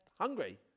hungry